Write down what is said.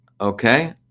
okay